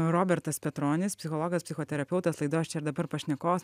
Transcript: robertas petronis psichologas psichoterapeutas laidos čia ir dabar pašnekovas